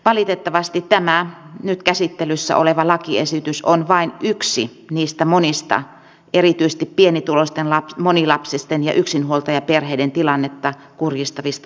valitettavasti tämä nyt käsittelyssä oleva lakiesitys on vain yksi niistä monista erityisesti pienituloisten monilapsisten ja yksinhuoltajaperheiden tilannetta kurjistavista lakiesityksistä